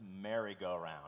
merry-go-round